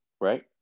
right